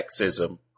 sexism